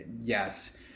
yes